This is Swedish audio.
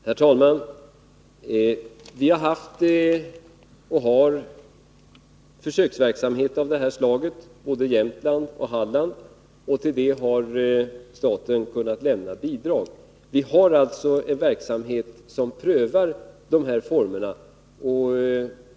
Herr talman! Vi har haft och har försöksverksamhet av det här slaget både i Jämtland och i Halland. Till denna verksamhet har staten kunnat lämna bidrag. Vi har alltså en verksamhet som prövar de här formerna.